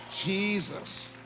Jesus